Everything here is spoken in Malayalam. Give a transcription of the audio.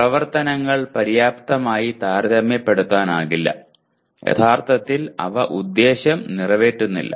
പ്രവർത്തനങ്ങൾ പര്യാപ്തമായി താരതമ്യപ്പെടുത്താനാകില്ല യഥാർത്ഥത്തിൽ അവ ഉദ്ദേശ്യം നിറവേറ്റുന്നില്ല